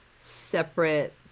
separate